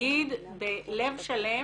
שנגיד בלב שלם